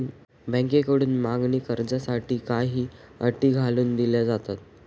बँकांकडून मागणी कर्जासाठी काही अटी घालून दिल्या जातात